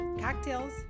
Cocktails